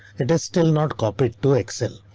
it is still not copied to excel,